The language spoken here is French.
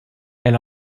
elle